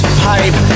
pipe